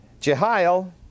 Jehiel